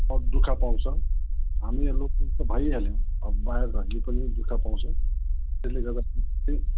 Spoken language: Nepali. बहुत दुखः पाउँछ हामी यहाँ लोकल त भइहाल्यौँ अब बाहिरकोहरूले नि दुखः पाउँछ त्यसले गर्दाखेरि चाहिँ